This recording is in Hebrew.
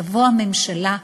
תבוא הממשלה,